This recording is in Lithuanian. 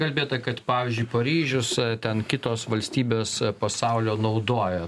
kalbėta kad pavyzdžiui paryžius ten kitos valstybės pasaulio naudoja